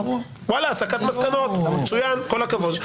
ואלה, הסקת מסקנות, מצוין, כל הכבוד.